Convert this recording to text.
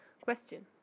question